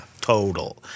Total